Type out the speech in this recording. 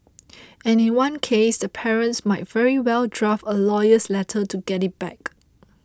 and in one case the parents might very well draft a lawyer's letter to get it back